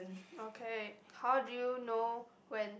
okay how do you know when